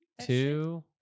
two